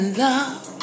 love